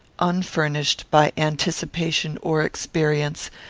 unfurnished, by anticipation or experience,